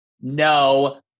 no